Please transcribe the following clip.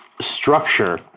structure